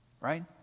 right